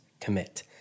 commit